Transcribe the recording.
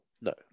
no